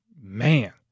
man